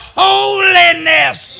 holiness